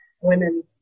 women